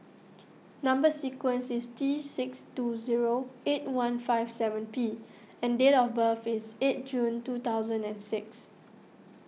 Number Sequence is T six two zero eight one five seven P and date of birth is eight June two thousand and six